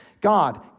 God